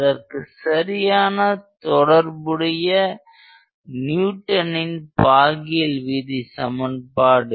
அதற்குச் சரியான தொடர்புடைய நியூட்டனின் பாகியல் விதி சமன்பாடு